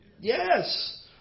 Yes